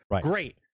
Great